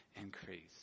increase